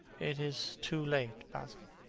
it is too late, basil,